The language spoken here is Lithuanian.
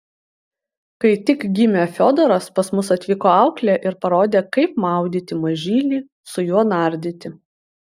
kai tik gimė fiodoras pas mus atvyko auklė ir parodė kaip maudyti mažylį su juo nardyti